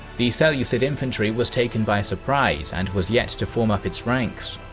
the seleucid infantry was taken by surprise, and was yet to form up its ranks.